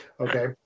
Okay